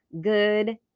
GOOD